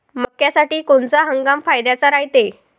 मक्क्यासाठी कोनचा हंगाम फायद्याचा रायते?